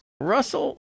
russell